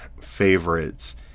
favorites